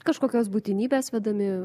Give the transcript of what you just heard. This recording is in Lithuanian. kažkokios būtinybės vedami